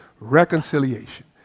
reconciliation